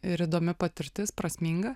ir įdomi patirtis prasminga